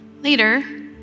Later